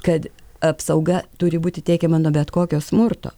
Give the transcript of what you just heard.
kad apsauga turi būti teikiama nuo bet kokio smurto